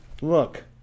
Look